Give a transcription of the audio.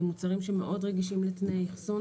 אלה מוצרים שמאוד רגישים לתנאי אחסון